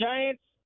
Giants